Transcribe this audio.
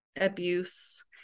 abuse